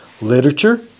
literature